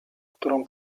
którą